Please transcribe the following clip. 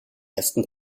ersten